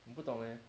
我不懂 leh